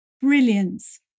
Brilliance